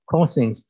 Causing